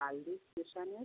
Taldi স্টেশানের